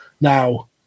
Now